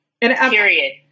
Period